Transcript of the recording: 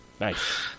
Nice